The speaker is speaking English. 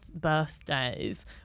birthdays